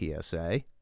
PSA